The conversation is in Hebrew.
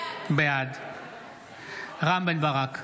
בעד רם בן ברק,